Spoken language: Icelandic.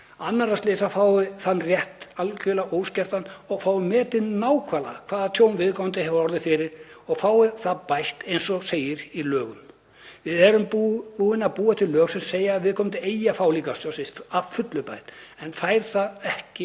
annarra slysa fái þann rétt algjörlega óskertan og fái metið nákvæmlega það tjón sem viðkomandi hefur orðið fyrir og fái það bætt eins og segir í lögum. Við erum búin að búa til lög sem segja að viðkomandi eigi að fá líkamstjón sitt bætt að fullu en fær það ekki